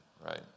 right